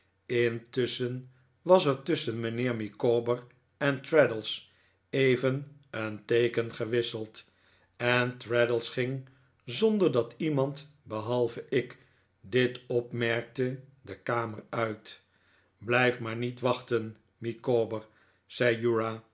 intusschen was er tusschen mijnheer micawber en traddles even een teeken gewisseld en traddles ging zonder dat iemand behalve ik dit opmerkte de kamer uit blijf maar niet wachten